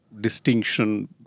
distinction